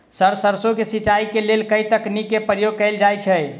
Sir सैरसो केँ सिचाई केँ लेल केँ तकनीक केँ प्रयोग कैल जाएँ छैय?